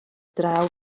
draw